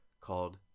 called